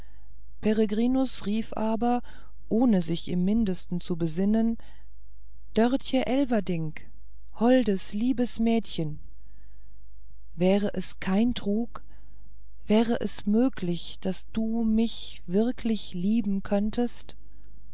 peregrinus rief aber ohne sich im mindesten zu besinnen dörtje elverdink holdes liebes mädchen wäre es kein trug wäre es möglich daß du mich wirklich lieben könntest